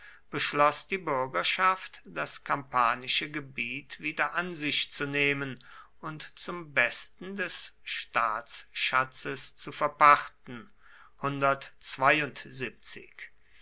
beschloß die bürgerschaft das campanische gebiet wieder an sich zu nehmen und zum besten des staatsschatzes zu verpachten